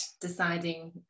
deciding